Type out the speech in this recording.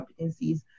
competencies